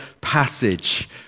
passage